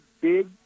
big